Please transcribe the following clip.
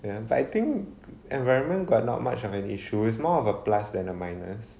ya but I think environment got not much of an issue it's more of a plus than a minus